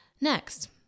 next